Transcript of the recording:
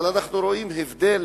אבל אנחנו רואים הבדל,